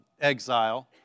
exile